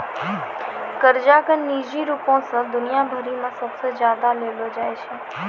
कर्जा के निजी रूपो से दुनिया भरि मे सबसे ज्यादा लेलो जाय छै